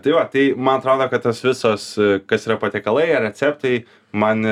tai va tai man atrodo kad tas visos kas yra patiekalai ar receptai man